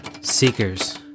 Seekers